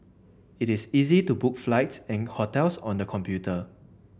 it is easy to book flights and hotels on the computer